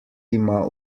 ima